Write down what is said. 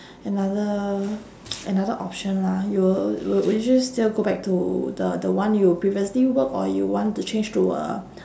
another another option lah you will w~ will you just still go back to the the one you previously work or you want to change to a